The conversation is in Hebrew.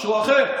משהו אחר.